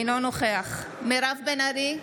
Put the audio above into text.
אינו נוכח מירב בן ארי,